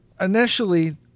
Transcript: initially